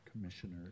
commissioner